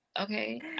Okay